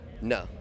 no